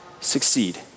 succeed